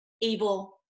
evil